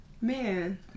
Man